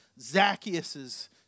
Zacchaeus